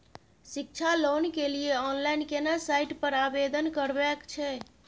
शिक्षा लोन के लिए ऑनलाइन केना साइट पर आवेदन करबैक छै?